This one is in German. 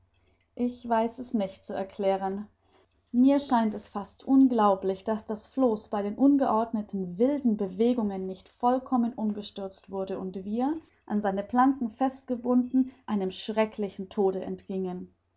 ich weiß es nicht zu erklären mir scheint es fast unglaublich daß das floß bei den ungeordneten wilden bewegungen nicht vollkommen umgestürzt wurde und wir an seine planken festgebunden einem schrecklichen tode entgingen